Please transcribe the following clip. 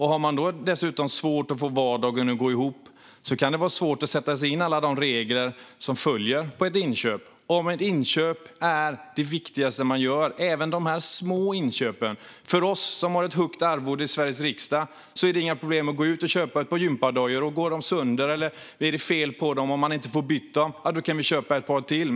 Har man då dessutom svårt att få vardagen att gå ihop kan det vara svårt att sätta sig in i alla de regler som följer på ett inköp. Ett inköp - även ett litet inköp - kan vara det viktigaste man gör. För oss i Sveriges riksdag, som har ett högt arvode, är det inga problem att gå ut och köpa ett par gympadojor. Om de går sönder eller det blir fel på dem och man inte får byta dem kan vi köpa ett par till.